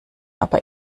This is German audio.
aber